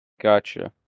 Gotcha